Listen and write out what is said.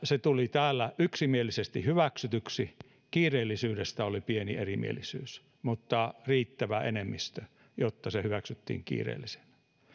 se tuli täällä yksimielisesti hyväksytyksi kiireellisyydestä oli pieni erimielisyys mutta oli riittävä enemmistö jotta se hyväksyttiin kiireellisenä